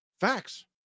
Facts